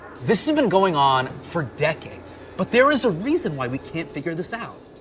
this has been going on for decades. but there is a reason why we can't figure this out.